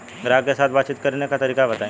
ग्राहक के साथ बातचीत करने का तरीका बताई?